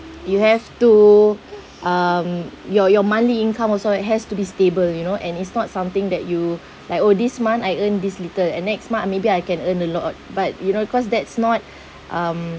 you have to um your your monthly income also has to be stable you know and it's not something that you like oh this month I earn this little and next month oh maybe I can earn a lot but you know cause that's not um